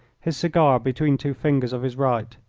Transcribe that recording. his cigar between two fingers of his right.